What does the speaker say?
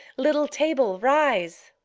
little table, rise!